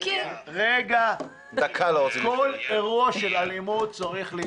רגע, כל אירוע של אלימות צריך להיבדק.